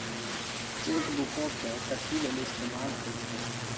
Cheque बुको के कथि लेली इस्तेमाल होय छै?